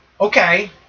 okay